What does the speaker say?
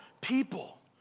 people